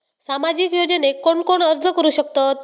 सामाजिक योजनेक कोण कोण अर्ज करू शकतत?